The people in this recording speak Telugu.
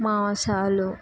మాంసాలు